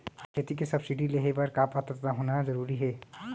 खेती के सब्सिडी लेहे बर का पात्रता होना जरूरी हे?